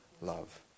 love